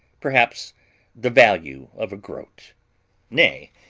perhaps the value of a groat nay,